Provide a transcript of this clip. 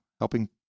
helping